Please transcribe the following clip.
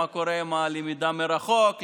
מה קורה עם הלמידה מרחוק?